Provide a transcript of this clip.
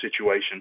situation